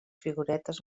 figuretes